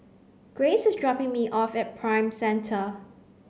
Grayce is dropping me off at Prime Centre